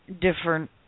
different